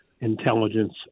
Intelligence